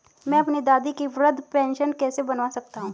मैं अपनी दादी की वृद्ध पेंशन कैसे बनवा सकता हूँ?